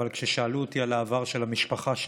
אבל כששאלו אותי על העבר המשפחתי שלי,